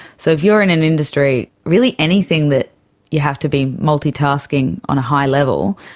so if you are in an industry, really anything that you have to be multitasking on a high level,